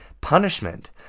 punishment